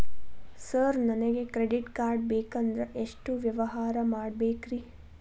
Sir ನನಗೆ credit card ಬೇಕಂದ್ರೆ ಎಷ್ಟು ವ್ಯವಹಾರ ಮಾಡಬೇಕ್ರಿ?